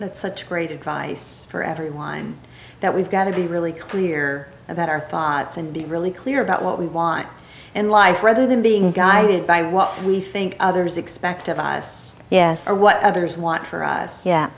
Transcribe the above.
at's such great advice for everyone that we've got to be really clear about our thoughts and be really clear about what we want in life rather than being guided by what we think others expect of us yes or what others want for us